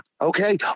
okay